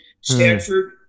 Stanford